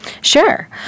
Sure